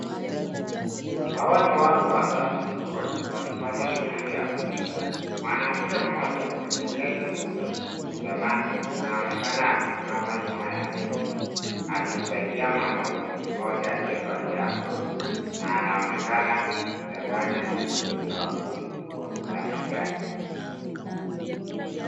Hawa ni watu watatu jikoni, wakifanya shughuli ya kupika. Mwanamke mmoja mwenye nywele zilikokunjamana, anaonekana akisimama nyuma ya meza, akimsaidia mwanaume mmoja aliyevalia aproni, na anaonekana kuchanganya kitu kwenye bakuli kubwa, la manjano.